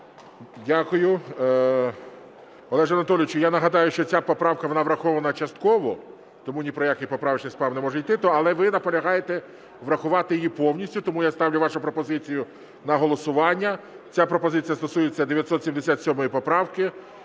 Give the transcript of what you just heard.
Дякую. Олеже Анатолійовичу, я нагадаю, що ця поправка, вона врахована частково, тому ні про який поправочний спам не може йти. Але ви наполягаєте врахувати її повністю, тому я ставлю вашу пропозицію на голосування. Ця пропозиція стосується 977 поправки